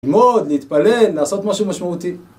ללמוד, להתפלל, לעשות משהו משמעותי